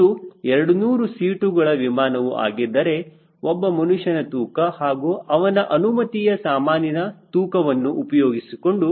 ಅದು 200 ಸೀಟುಗಳ ವಿಮಾನವು ಆಗಿದ್ದರೆ ಒಬ್ಬ ಮನುಷ್ಯನ ತೂಕ ಹಾಗೂ ಅವನ ಅನುಮತಿಯ ಸಾಮಾನಿನ ತೂಕವನ್ನು ಉಪಯೋಗಿಸಿಕೊಂಡು ಇದನ್ನು ಕಂಡು ಹಿಡಿಯಬಹುದು